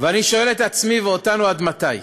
ואני שואל את עצמי ואותנו: עד מתי?